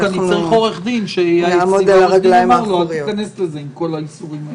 הוא צריך עורך-דין שהעורך-דין יגיד לו אל תכנס לזה עם כל האיסורים האלה.